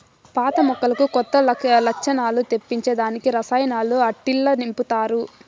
పాత మొక్కలకు కొత్త లచ్చణాలు తెప్పించే దానికి రసాయనాలు ఆట్టిల్ల నింపతారు